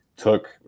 took